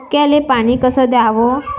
मक्याले पानी कस द्याव?